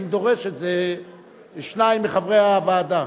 אם דורשים את זה שניים מחברי הוועדה.